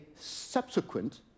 subsequent